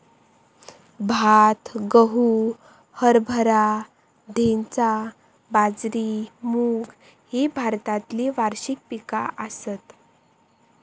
भात, गहू, हरभरा, धैंचा, बाजरी, मूग ही भारतातली वार्षिक पिका आसत